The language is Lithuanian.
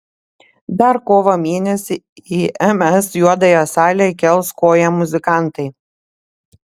dar kovo mėnesį į ms juodąją salę įkels koją muzikantai